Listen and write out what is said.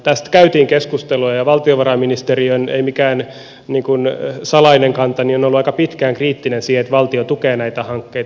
tästä käytiin keskustelua ja valtiovarainministeriön ei mikään salainen kanta on ollut aikaan pitkään kriittinen siihen että valtio tukee näitä hankkeita